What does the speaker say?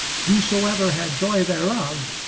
whosoever had joy thereof,